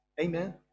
Amen